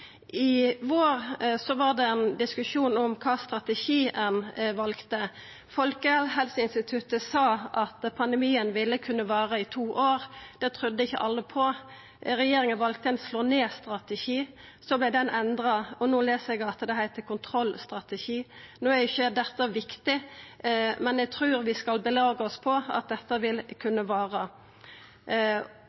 I vår var det ein diskusjon om kva strategi ein valde. Folkehelseinstituttet sa at pandemien ville kunna vara i to år. Det trudde ikkje alle på. Regjeringa valde ein slå-ned-strategi. Så vart han endra, og no les eg at det heiter kontrollstrategi. No er jo ikkje dette viktig, men eg trur vi skal belaga oss på at dette vil kunna vara.